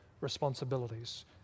responsibilities